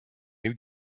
new